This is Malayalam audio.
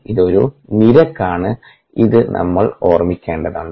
ഇത് ഒരു നിരക്കാണ് ഇത് നമ്മൾ ഓർമ്മിക്കേണ്ടതാണ്